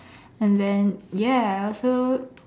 and then ya also